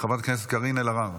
חברת הכנסת קארין אלהרר,